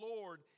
Lord